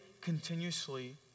continuously